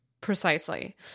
Precisely